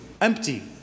empty